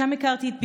שם הכרתי את בנימין,